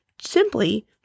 simply